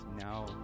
now